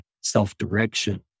self-direction